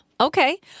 Okay